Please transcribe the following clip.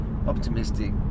Optimistic